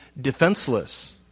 defenseless